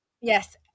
yes